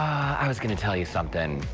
i was going to tell you something.